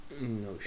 No